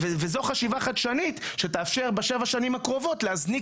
וזו חשיבה חדשנית שתאפשר בשבע שנים הקרובות להזניק